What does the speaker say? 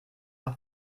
doch